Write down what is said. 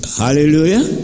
hallelujah